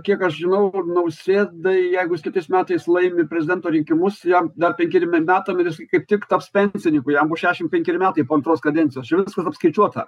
kiek aš žinau nausėdai jeigu jis kitais metais laimi prezidento rinkimus jam dar penkeriem m metam ir jis kaip tik taps pensininku jam bus šeššim penkeri metai po antros kadencijos jau viskas apskaičiuota